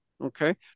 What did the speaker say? Okay